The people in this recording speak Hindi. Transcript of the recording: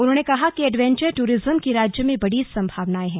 उन्होंने कहा कि एडवेंचर टूरिज्म की राज्य में बड़ी संभावनाएं हैं